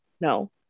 No